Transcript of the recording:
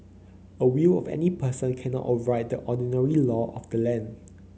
a will of any person cannot override the ordinary law of the land